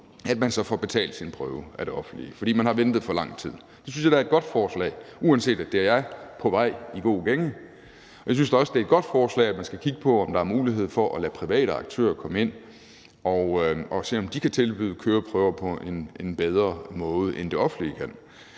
prøve, så får betalt sin prøve af det offentlige, fordi man har ventet for lang tid. Det synes jeg da er et godt forslag, uanset at det er på vej og i god gænge, og jeg synes da også, det er et godt forslag, at man skal kigge på, om der er en mulighed for at lade private aktører komme ind og se, om de kan tilbyde køreprøver på en bedre måde, end det offentlige kan.